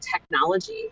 technology